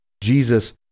Jesus